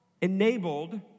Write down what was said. enabled